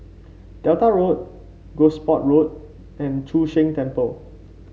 Delta Road Gosport Road and Chu Sheng Temple